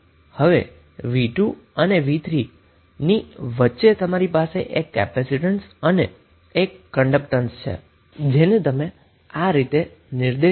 હવે v2 અને v3 ની વચ્ચે ફરી તમારી પાસે એક કેપેસિટન્સ અને એક કન્ડક્ટન્સ છે જેને તમે આ રીતે રજુ કરલુ છે